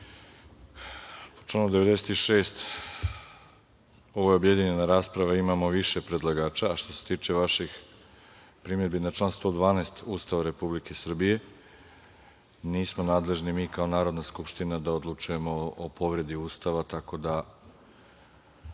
U članu 96, ovo je objedinjena rasprava, imamo više predlagača. Što se tiče vaših primedbi na član 112. Ustava RS, nismo nadležni mi kao Narodna skupština da odlučujemo o povredi Ustava, tako da